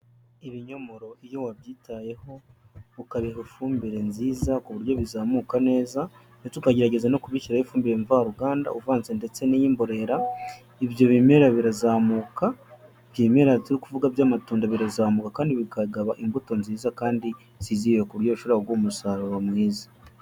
Ibinyomoro iyo wabyitayeho ukabiha ifumbire nziza ku buryo bizamuka neza ndetse ukagerageza no kubishyiraho ifumbire mvaruganda uvanze ndetse n'iy'imborera, ibyo bimera birazamuka, ibyo bimera turi kuvuga by'amatunda birazamuka kandi bikagaba imbuto nziza kandi zizewe ku buryo bishobora kuguha umusaruro mwiza.